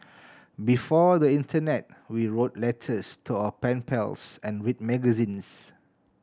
before the internet we wrote letters to our pen pals and read magazines